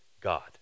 God